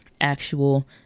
actual